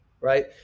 right